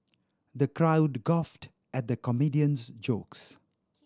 the crowd guffawed at the comedian's jokes